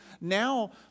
Now